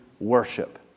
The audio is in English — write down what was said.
worship